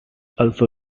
also